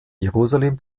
jerusalem